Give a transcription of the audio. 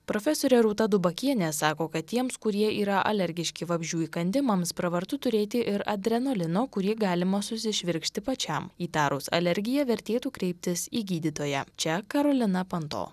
profesorė rūta dubakienė sako kad tiems kurie yra alergiški vabzdžių įkandimams pravartu turėti ir adrenalino kurį galima susišvirkšti pačiam įtarus alergiją vertėtų kreiptis į gydytoją čia karolina panto